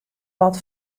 wat